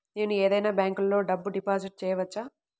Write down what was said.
నేను ఏదైనా బ్యాంక్లో డబ్బు డిపాజిట్ చేయవచ్చా?